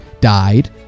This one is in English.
died